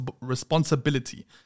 responsibility